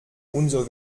unsere